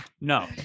No